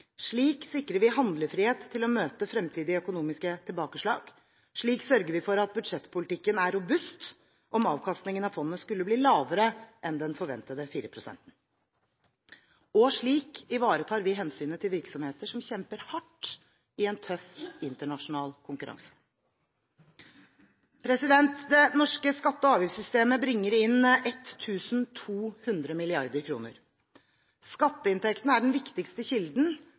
Slik sikrer vi handlefrihet til å møte fremtidige økonomiske tilbakeslag. Slik sørger vi for at budsjettpolitikken er robust om avkastningen av fondet skulle bli lavere enn den forventede 4-prosenten. Og slik ivaretar vi hensynet til virksomheter som kjemper hardt i en tøff internasjonal konkurranse. Det norske skatte- og avgiftssystemet bringer inn 1 200 mrd. kr. Skatteinntektene er den viktigste kilden